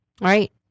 Right